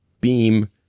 beam